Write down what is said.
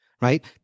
right